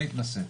אני התנסיתי.